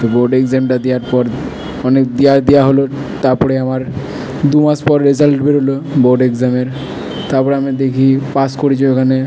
তো বোর্ড এক্সামটা দেওয়ার পর অনেক দেয়া দেওয়া হলো তারপরে আমার দুমাস পর রেসাল্ট বেরোল বোর্ড এক্সামের তারপরে আমি দেখি পাশ করেছি ওখানে